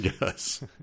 Yes